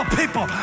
people